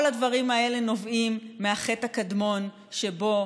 כל הדברים האלה נובעים מהחטא הקדמון שבו